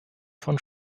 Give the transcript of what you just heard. von